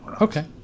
Okay